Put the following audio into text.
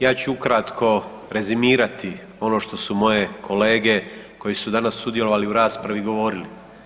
Ja ću ukratko rezimirati ono što su moje kolege koje su danas sudjelovali u raspravi, govorili.